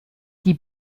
die